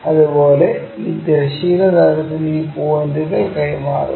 അതുപോലെ ഈ തിരശ്ചീന തലത്തിൽ ഈ പോയിന്റുകൾ കൈമാറുക